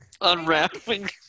unwrapping